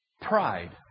Pride